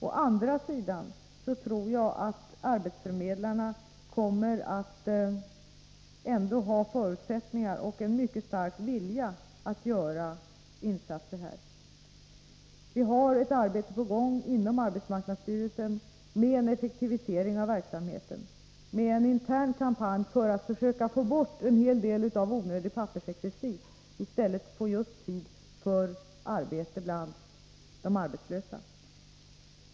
Å andra sidan tror jag att arbetsförmedlarna kommer att ha förutsättningar för och en mycket stark vilja att göra insatser här. Vi har ett arbete på gång inom arbetsmarknadsstyrelsen som syftar till en effektivisering av verksamheten, med en intern kampanj för att försöka få bort en hel del av onödig pappersexercis och i stället få tid just för arbete bland de arbetslösa.